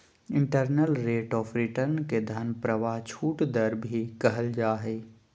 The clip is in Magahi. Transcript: इन्टरनल रेट ऑफ़ रिटर्न के धन प्रवाह छूट दर भी कहल जा हय